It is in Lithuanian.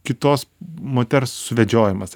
kitos moters suvedžiojamas